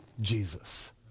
Jesus